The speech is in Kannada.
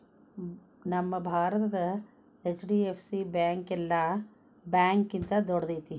ನಮ್ಮ ಭಾರತದ ಹೆಚ್.ಡಿ.ಎಫ್.ಸಿ ಬ್ಯಾಂಕ್ ಯೆಲ್ಲಾ ಬ್ಯಾಂಕ್ಗಿಂತಾ ದೊಡ್ದೈತಿ